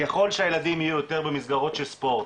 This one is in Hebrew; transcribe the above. ככל שהילדים יהיו יותר במסגרות של ספורט,